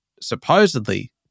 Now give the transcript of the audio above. supposedly